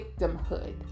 victimhood